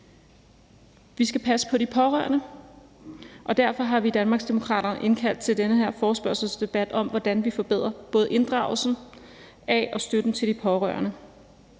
Vi skal passe på de pårørende, og derfor har vi i Danmarksdemokraterne indkaldt til den her forespørgselsdebat om, hvordan vi forbedrer både inddragelsen af og støtten til de pårørende.